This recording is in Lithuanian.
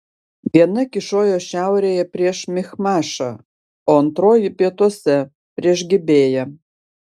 viena kyšojo šiaurėje prieš michmašą o antroji pietuose prieš gibėją